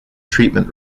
treatment